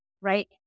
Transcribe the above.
right